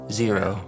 zero